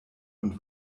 und